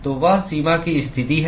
तो वह सीमा की स्थिति है